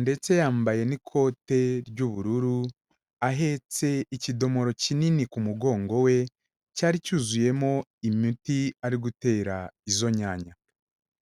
ndetse yambaye n'ikote ry'ubururu, ahetse ikidomoro kinini ku mugongo we cyari cyuzuyemo imiti ari gutera izo nyanya.